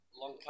Long